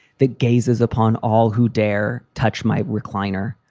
the gaze is upon all who dare touch my recliner.